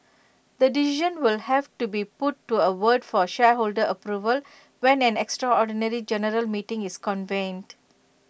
the decision will have to be put to A vote for shareholder approval when an extraordinary general meeting is convened